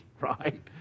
right